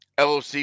LOC